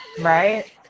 Right